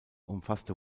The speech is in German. umfasste